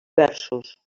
versos